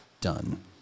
Done